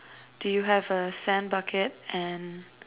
do you have a sand bucket and